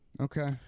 Okay